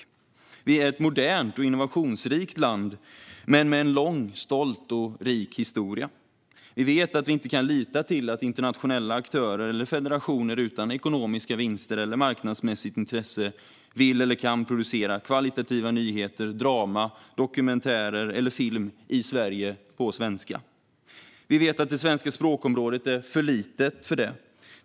Sverige är ett modernt och innovationsrikt land, men med en lång, stolt och rik historia. Vi vet att vi inte kan lita på att internationella aktörer eller federationer utan ekonomiska vinster eller marknadsmässigt intresse vill eller kan producera högkvalitativa nyheter, drama, dokumentärer eller film i Sverige på svenska. Vi vet att det svenska språkområdet är för litet för det.